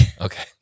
Okay